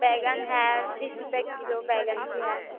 बैंगन है बीस रूपए किलो बैंगन भी है